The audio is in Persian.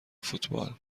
فوتبال